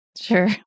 Sure